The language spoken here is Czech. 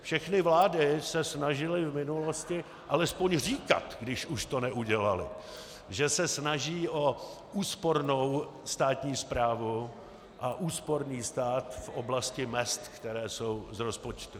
Všechny vlády se snažily v minulosti alespoň říkat, když už to neudělaly, že se snaží o úspornou státní správu a úsporný stát v oblasti mezd, které jsou z rozpočtu.